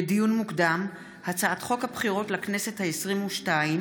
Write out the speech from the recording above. לדיון מוקדם: הצעת חוק הבחירות לכנסת העשרים-ושתיים